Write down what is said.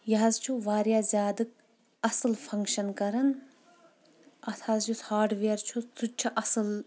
یہِ حظ چھُ واریاہ زیٛادٕ اَصل فنکشن کران اَتھ حظ یُس ہاڈویر چھُ سُہ تہِ چھُ اَصل